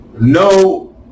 no